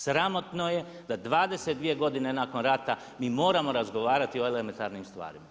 Sramotno je da 22 godine nakon rata mi moramo razgovarati o elementarnim stvarima.